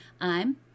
I'm